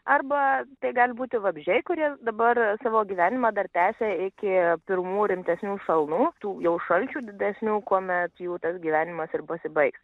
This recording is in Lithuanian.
arba tai gali būti vabzdžiai kurie dabar savo gyvenimą dar tęsia iki pirmų rimtesnių šalnų daugiau šalčių didesnio kuomet jau tas gyvenimas ir pasibaigs